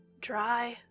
dry